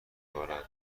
بارد